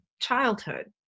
childhood